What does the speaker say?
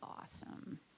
awesome